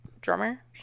drummer